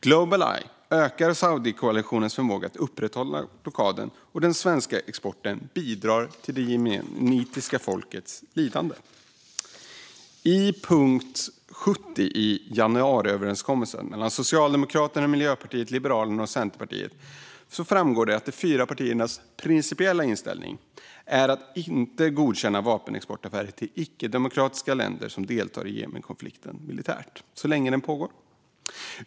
Globaleye ökar Saudikoalitionens förmåga att upprätthålla blockaden, och den svenska exporten bidrar till det jemenitiska folkets lidande. I punkt 70 i januariöverenskommelsen mellan Socialdemokraterna, Miljöpartiet, Liberalerna och Centerpartiet framgår det att de fyra partiernas principiella inställning är att inte godkänna vapenexportaffärer med icke-demokratiska länder som deltar militärt i Jemenkonflikten, så länge den pågår.